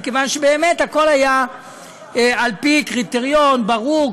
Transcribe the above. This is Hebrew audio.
מכיוון שבאמת הכול היה על פי קריטריון ברור.